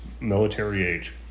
military-age